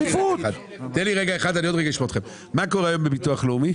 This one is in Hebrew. מה קורה היום בביטוח לאומי